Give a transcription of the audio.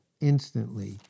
instantly